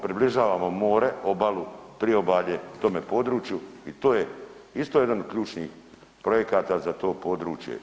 Približavamo more, obalu, Priobalje tome području i to je isto jedan od ključnih projekata za to područje.